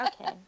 Okay